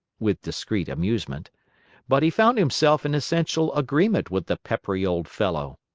with discreet amusement but he found himself in essential agreement with the peppery old fellow.